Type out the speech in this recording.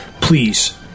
Please